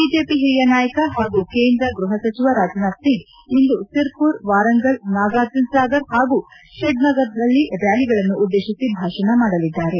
BJP ಹಿರಿಯ ನಾಯಕ ಹಾಗೂ ಕೇಂದ್ರ ಗೃಹ ಸಚಿವ ರಾಜನಾಥ್ ಸಿಂಗ್ ಇಂದು ಸಿರ್ಪುರ್ ವಾರಂಗಲ್ ನಾಗಾರ್ಜುನ ಸಾಗರ್ ಹಾಗೂ ಪಡ್ನಗರ್ನಲ್ಲಿ ರ್ನಾಲಿಗಳನ್ನು ಉದ್ದೇಶಿಸಿ ಭಾಷಣ ಮಾಡಲಿದ್ದಾರೆ